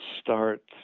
start